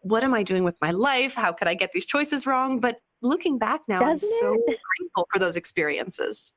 what am i doing with my life? how could i get these choices wrong? but looking back now, i'm so grateful for those experiences.